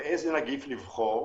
באיזה חיסון לבחור?